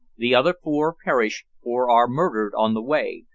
the other four perish or are murdered on the way,